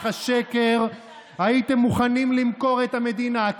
השקר הייתם מוכנים למכור את המדינה,